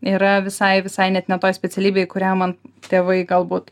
yra visai visai net ne toj specialybėj kurią man tėvai galbūt